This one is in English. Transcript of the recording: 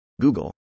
Google